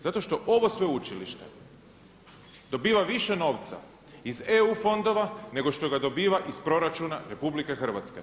Zato što ovo sveučilište dobiva više novca iz eu fondova nego što ga dobiva iz proračuna RH.